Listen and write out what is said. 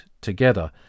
together